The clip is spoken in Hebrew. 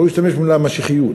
הוא השתמש במילה "משיחיות".